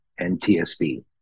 ntsb